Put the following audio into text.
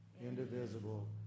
indivisible